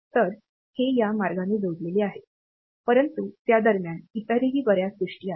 तर हे या मार्गाने जोडलेले आहे परंतु त्या दरम्यान इतरही बर्याच गोष्टी आहेत